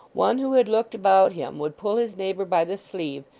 one who had looked about him would pull his neighbour by the sleeve,